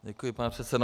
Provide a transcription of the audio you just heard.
Děkuji, pane předsedo.